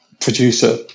producer